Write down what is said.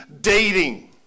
dating